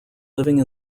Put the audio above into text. living